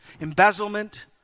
embezzlement